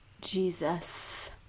jesus